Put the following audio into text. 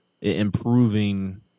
improving